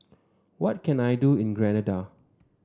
what can I do in Grenada